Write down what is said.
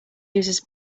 users